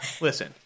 listen